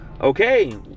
okay